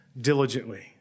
Diligently